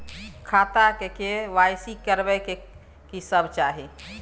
खाता के के.वाई.सी करबै में की सब चाही?